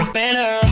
better